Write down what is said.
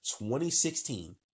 2016